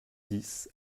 dix